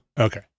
Okay